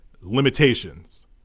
limitations